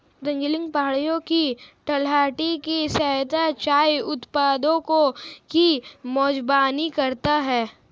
दार्जिलिंग पहाड़ियों की तलहटी में स्थित चाय उत्पादकों की मेजबानी करता है